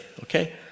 okay